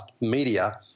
media